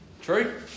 True